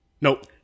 Nope